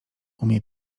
umie